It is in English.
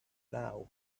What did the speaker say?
now